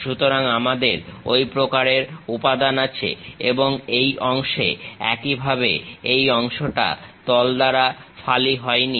সুতরাং আমাদের ঐ প্রকারের উপাদান আছে এবং এই অংশে একইভাবে এই অংশটা তল দ্বারা ফালি হয়নি